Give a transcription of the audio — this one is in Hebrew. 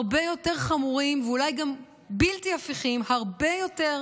הרבה יותר חמורים ואולי גם בלתי הפיכים הרבה יותר